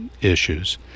issues